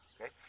okay